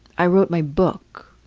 i wrote my book,